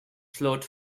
float